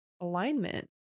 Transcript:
alignment